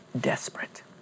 desperate